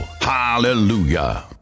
Hallelujah